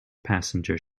passenger